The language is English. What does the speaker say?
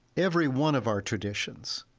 every one of our traditions,